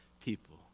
people